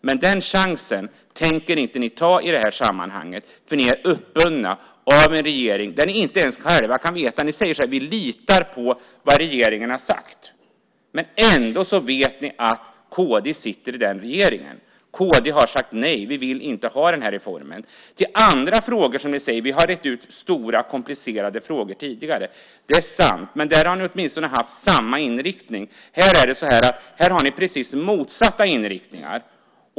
Men den chansen tänker inte ni ta i det här sammanhanget, för ni är uppbundna av en regering och vet inte ens själva hur det blir. Ni säger så här: Vi litar på vad regeringen har sagt. Ändå vet ni att kd sitter i den regeringen. Kd har sagt nej: Vi vill inte ha den här reformen. Ni säger att ni har rett ut andra stora, komplicerade frågor tidigare. Det är sant. Men där har ni åtminstone haft samma inriktning. Här har ni precis motsatta inriktningar.